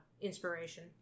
inspiration